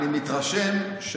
אני מתרשם,